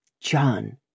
John